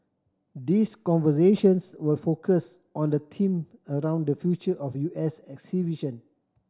these conversations will focus on the theme around the future of U S exhibition